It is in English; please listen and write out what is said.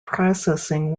processing